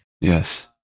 Yes